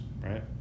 right